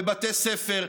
בבתי ספר,